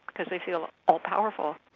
because they feel all-powerful.